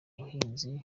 umuhinzi